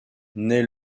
naît